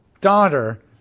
daughter